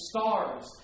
stars